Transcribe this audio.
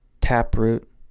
taproot